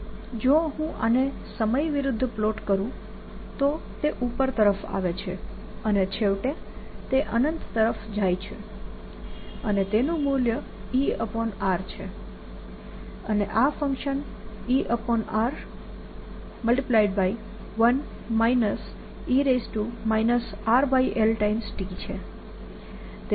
It00 ∴ C ER ItER જો હું આને હું સમય વિરુદ્ધ પ્લોટ કરું તો તે ઉપર તરફ આવે છે અને છેવટે તે અનંત તરફ જાય છે અને તેનું મૂલ્ય ER છે અને આ ફંક્શન ER છે